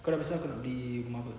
kau dah besar kau nak beli rumah apa